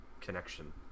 connection